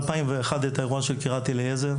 ב-2001 היה את האירוע של קריית אליעזר.